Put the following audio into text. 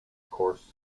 coarse